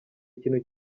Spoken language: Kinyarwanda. ikintu